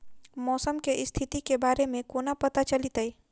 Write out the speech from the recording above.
मौसम केँ स्थिति केँ बारे मे कोना पत्ता चलितै?